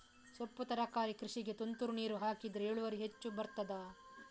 ಸೊಪ್ಪು ತರಕಾರಿ ಕೃಷಿಗೆ ತುಂತುರು ನೀರು ಹಾಕಿದ್ರೆ ಇಳುವರಿ ಹೆಚ್ಚು ಬರ್ತದ?